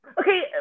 Okay